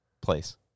place